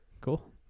cool